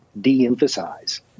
de-emphasize